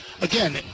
again